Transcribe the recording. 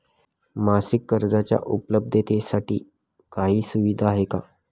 मासिक कर्जाच्या उपलब्धतेसाठी काही सुविधा आहे का?